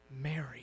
Mary